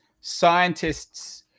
scientists